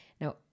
Now